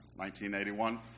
1981